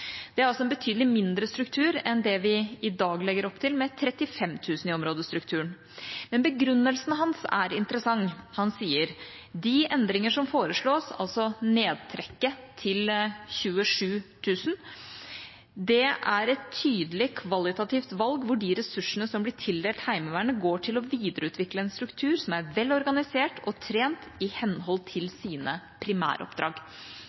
Det er en betydelig mindre struktur enn det vi i dag legger opp til, med 35 000 i områdestrukturen. Men begrunnelsen hans er interessant. Han sier: «De endringer som foreslås» – altså nedtrekket til 27 000 – «utgjør et tydelig kvalitativt valg hvor de ressursene som blir tildelt Heimevernet går til å videreutvikle en struktur som er vel organisert og trent i henhold til sine primæroppdrag.»